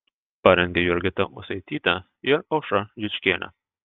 parengė jurgita ūsaitytė ir aušra žičkienė